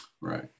Right